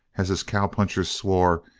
as his cowpunchers swore,